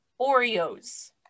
Oreos